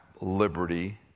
liberty